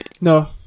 no